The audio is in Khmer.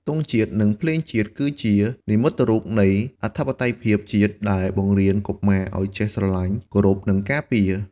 ទង់ជាតិ និងភ្លេងជាតិ គឺជានិមិត្តរូបនៃអធិបតេយ្យភាពជាតិ ដែលបង្រៀនកុមារឲ្យចេះស្រឡាញ់ គោរព និងការពារ។